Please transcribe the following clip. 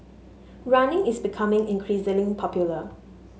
running is becoming increasingly popular